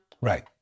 Right